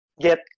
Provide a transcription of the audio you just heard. get